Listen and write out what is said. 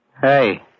Hey